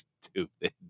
Stupid